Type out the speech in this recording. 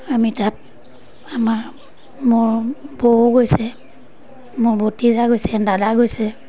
আমি তাত আমাৰ মোৰ বৌ গৈছে মোৰ ভতিজা গৈছে দাদা গৈছে